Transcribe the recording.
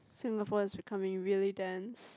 Singapore is becoming really dense